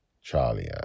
Charlie